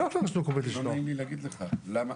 לא נעים לי להגיד לך: למה